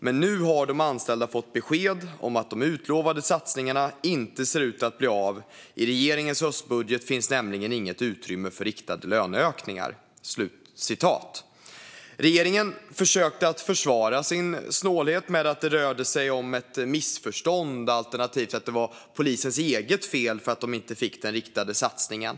Men nu har de anställda fått besked om att de utlovade satsningarna inte ser ut att bli av. I regeringens höstbudget finns nämligen inget utrymme för riktade löneökningar." Regeringen försökte försvara sin snålhet med att det rörde sig om ett missförstånd alternativt att det var polisens eget fel att de inte fick den riktade satsningen.